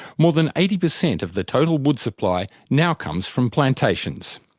more than eighty percent of the total wood supply now comes from plantations.